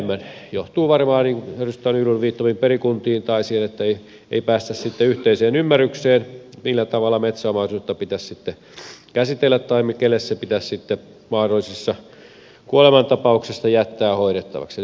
johtuu varmaan edustaja nylundin viittaamista perikunnista tai siitä että ei päästä sitten yhteiseen ymmärrykseen siitä millä tavalla metsäomaisuutta pitäisi sitten käsitellä tai kelle se pitäisi sitten mahdollisissa kuolemantapauksissa jättää hoidettavaksi